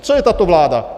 Co je tato vláda?